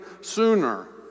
sooner